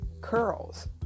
curls